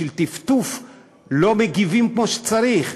בשביל טפטוף לא מגיבים כמו שצריך.